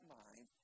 mind